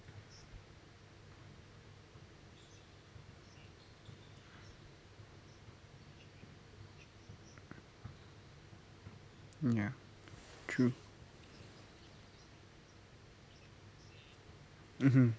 ya true mmhmm